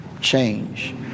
change